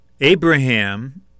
Abraham